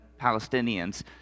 Palestinians